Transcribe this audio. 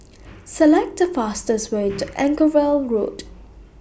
Select The fastest Way to Anchorvale Road